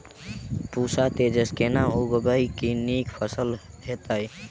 पूसा तेजस केना उगैबे की नीक फसल हेतइ?